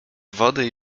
wody